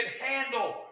handle